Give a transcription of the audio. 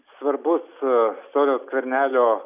svarbus sauliaus skvernelio